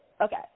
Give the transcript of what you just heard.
okay